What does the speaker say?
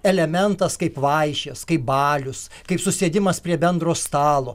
elementas kaip vaišės kaip balius kaip susėdimas prie bendro stalo